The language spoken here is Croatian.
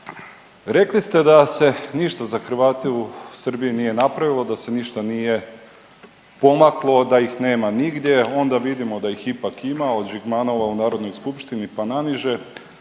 rekli ste da se ništa za Hrvate u Srbiji nije napravilo, da se ništa nije pomaklo, da ih nema nigdje. Onda vidimo da ih ipak ima od Žigmanova u narodnoj skupštini pa naniže,